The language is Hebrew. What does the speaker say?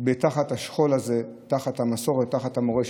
תחת השכול הזה, תחת המסורת, תחת המורשת.